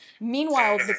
Meanwhile